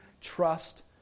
trust